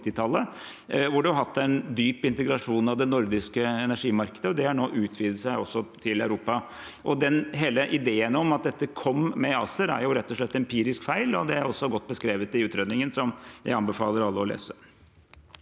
hvor man har hatt en dyp integrasjon av det nordiske energimarkedet. Det har nå utvidet seg også til Europa. Hele ideen om at dette kom med ACER, er rett og slett empirisk feil, og det er også godt beskrevet i utredningen, som jeg anbefaler alle å lese.